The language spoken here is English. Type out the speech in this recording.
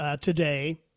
today